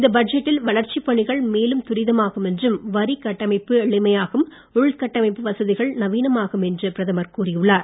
இந்த பட்ஜெட்டினால் வளர்ச்சிப் பணிகள் மேலும் துரிதமாகும் என்றும் வரிக் கட்டமைப்பு எளிமையாகும் உள்கட்டமைப்பு வசதிகள் நவீனமாகும் என்றும் பிரதமர் கூறியுள்ளார்